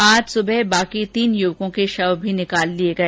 आज सुबह बाकी तीन युवकों के शव भी निकाल लिए गए